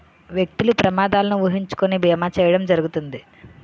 వ్యక్తులు ప్రమాదాలను ఊహించుకొని బీమా చేయడం జరుగుతుంది